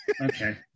Okay